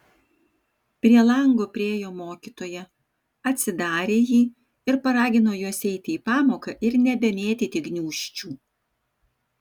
prie lango priėjo mokytoja atsidarė jį ir paragino juos eiti į pamoką ir nebemėtyti gniūžčių